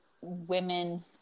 women